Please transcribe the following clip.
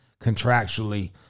contractually